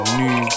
new